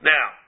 Now